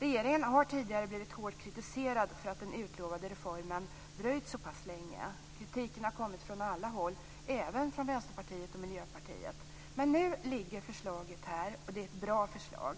Regeringen har tidigare blivit hårt kritiserad för att den utlovade reformen dröjt så pass länge. Kritiken har kommit från alla håll, även från Vänsterpartiet och Miljöpartiet. Men nu ligger förslaget här, och det är ett bra förslag.